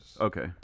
Okay